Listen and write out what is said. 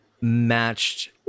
matched